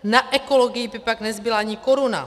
Na ekologii by pak nezbyla ani koruna.